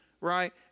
right